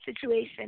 situation